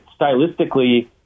stylistically